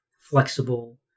flexible